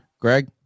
Greg